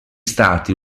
stati